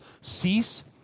cease